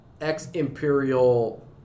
ex-Imperial